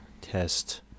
test